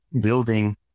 building